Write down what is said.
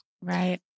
right